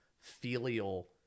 filial